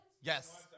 Yes